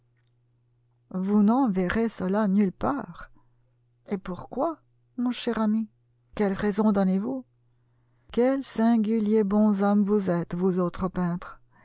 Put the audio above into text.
vous n'enverrez cela nulle part et pourquoi mon cher ami quelle raison donnez-vous quels singuliers bonshommes vous êtes vous autres peintres